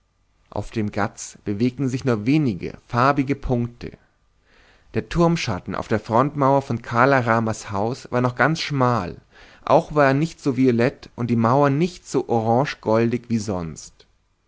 auf den ghats bewegten sich nur wenige farbige punkte der turmschatten auf der frontmauer von kala ramas haus war noch ganz schmal auch war er nicht so violett und die mauer nicht so orangegoldig wie sonst